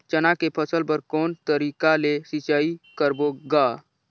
चना के फसल बर कोन तरीका ले सिंचाई करबो गा?